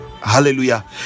hallelujah